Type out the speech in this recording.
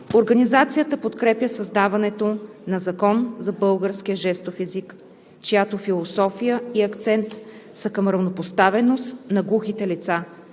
Организацията подкрепя създаването на Закон за българския жестов език, чиято философия и акцент са към равнопоставеност на глухите лица,